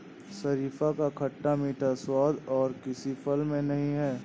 शरीफा का खट्टा मीठा स्वाद और किसी फल में नही है